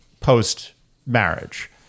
post-marriage